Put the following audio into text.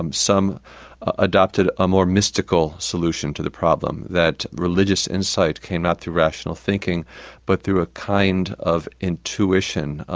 um some adopted a more mystical solution to the problem, that religious insight came not through rational thinking but through a kind of intuition,